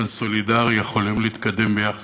ובאופן סולידרי יכולים להתקדם יחד,